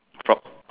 prop